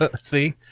see